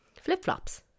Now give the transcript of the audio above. flip-flops